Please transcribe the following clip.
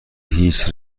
هیچ